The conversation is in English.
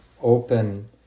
open